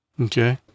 okay